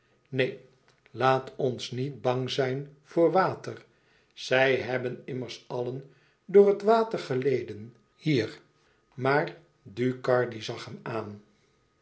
neen laat ons niet bang zijn voor water zij hebben immers allen door het water geleden hier maar ducardi zag hem aan